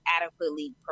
adequately